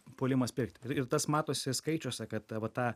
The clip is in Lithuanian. puolimas pirkti ir tas matosi skaičiuose kad va ta